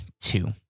two